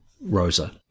Rosa